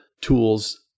tools